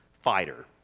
fighter